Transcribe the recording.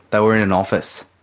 they were in an office.